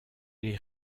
les